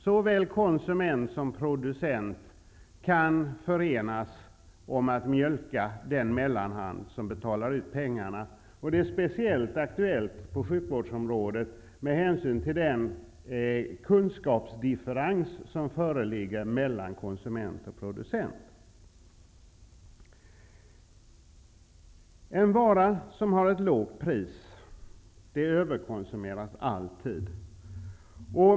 Såväl konsument som producent kan förenas om att mjölka den mellanhand som betalar ut pengarna. Det är speciellt aktuellt på sjukvårdsområdet med hänsyn till den kunskapsdifferens som föreligger mellan konsument och producent. En vara som har ett lågt pris överkonsumeras alltid.